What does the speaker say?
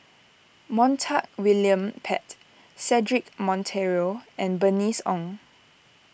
Montague William Pett Cedric Monteiro and Bernice Ong